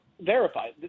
verify